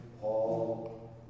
Paul